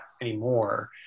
anymore